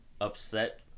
upset